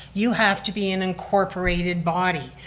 you have to be an incorporated body.